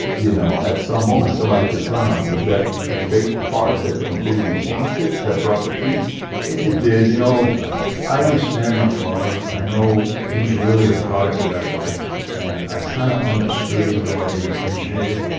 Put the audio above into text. you know at some moment somebody could turn um is that the faith part that completely changed it that brought the peace? it did you know i? understand my father. i know he's really a product of that life and i kind of understood even though i didn't appreciate it.